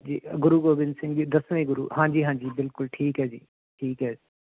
ਜੀ ਗੁਰੂ ਗੋਬਿੰਦ ਸਿੰਘ ਜੀ ਦਸਵੇਂ ਗੁਰੂ ਹਾਂਜੀ ਹਾਂਜੀ ਬਿਲਕੁਲ ਠੀਕ ਹੈ ਜੀ ਠੀਕ ਹੈ